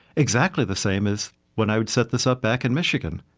exactly the same as when i would set this up back in michigan.